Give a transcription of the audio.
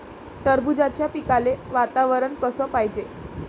टरबूजाच्या पिकाले वातावरन कस पायजे?